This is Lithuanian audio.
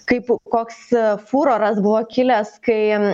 kaip koks furoras buvo kilęs kai